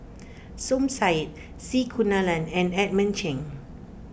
Som Said C Kunalan and Edmund Cheng